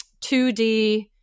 2D